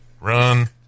run